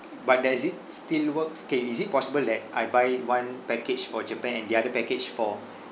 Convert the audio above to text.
but does it still works K is it possible that I buy one package for japan and the other package for